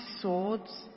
swords